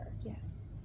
Yes